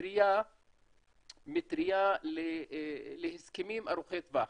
מטרייה להסכמים ארוכי טווח